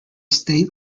state